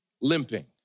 limping